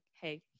Hey